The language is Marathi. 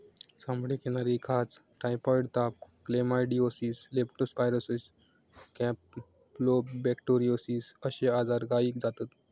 चामडीक येणारी खाज, टायफॉइड ताप, क्लेमायडीओसिस, लेप्टो स्पायरोसिस, कॅम्पलोबेक्टोरोसिस अश्ये आजार गायीक जातत